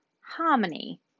harmony